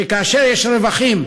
שכאשר יש רווחים,